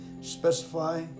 specify